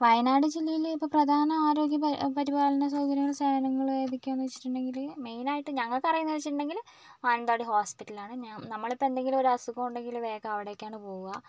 വയനാട് ജില്ലയില് ഇപ്പം പ്രധാന ആരോഗ്യപ പരിപാലന സൗകര്യമുള്ള സ്ഥലങ്ങള് ഏതൊക്കെയാന്ന് വെച്ചിട്ടുണ്ടെങ്കില് മെയിനായിട്ട് ഞങ്ങൾക്കറിയാവുന്നത് എന്ന് വെച്ചിട്ടുണ്ടെങ്കില് മാനന്തവാടി ഹോസ്പിറ്റലാണ് ഞാൻ നമ്മളിപ്പം എന്തെങ്കിലുമൊരു അസുഖം ഉണ്ടെങ്കില് വേഗം അവിടേക്കാണ് പോവുക